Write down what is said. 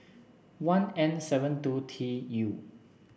one N seven two T U